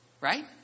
right